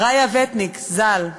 ראיסה וטניק ז"ל,